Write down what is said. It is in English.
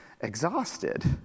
exhausted